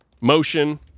motion